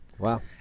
Wow